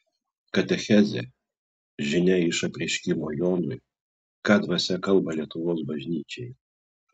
katechezė žinia iš apreiškimo jonui ką dvasia kalba lietuvos bažnyčiai